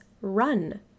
run